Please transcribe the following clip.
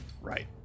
Right